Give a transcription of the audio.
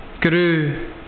Guru